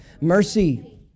Mercy